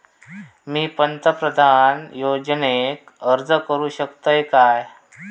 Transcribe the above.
मी पंतप्रधान योजनेक अर्ज करू शकतय काय?